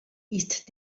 ist